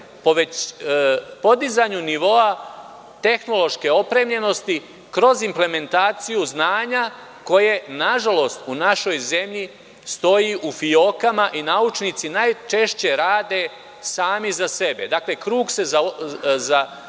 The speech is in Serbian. dakle, podizanju nivoa tehnološke opremljenosti kroz implementaciju znanja koje, nažalost, u našoj zemlji, stoji u fijokama i naučnici najčešće rade sami za sebe. Krug se zatvara